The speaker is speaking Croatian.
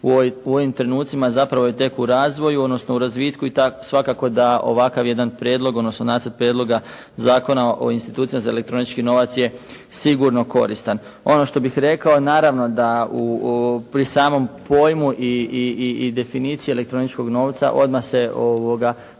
u ovim trenucima zapravo je tek u razvoju, odnosno u razvitku i tako svakako da ovakav jedan prijedlog, odnosno Nacrt prijedloga Zakona o institucijama za elektronični novac je sigurno koristan. Ono što bih rekao naravno da pri samom pojmu i definiciji elektroničkog novca odmah se povlači